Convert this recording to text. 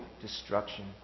destruction